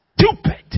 stupid